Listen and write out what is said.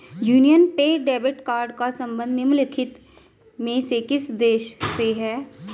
Union पे debit card का संबंध निम्नलिखित में से किस देश से है?